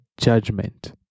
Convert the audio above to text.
judgment